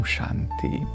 Shanti